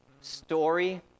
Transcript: story